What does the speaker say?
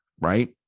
right